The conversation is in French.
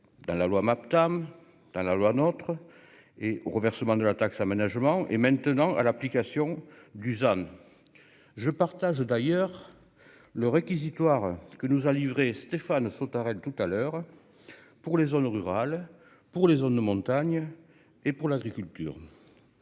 dans la loi MAPTAM dans la loi, notre et au renversement de la taxe aménagement et maintenant à l'application Dusan. Je partage d'ailleurs le réquisitoire que nous a livrée et Stéphane Sautarel tout à l'heure pour les zones rurales pour les zones de montagne et pour l'agriculture